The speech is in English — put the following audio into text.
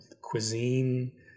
cuisine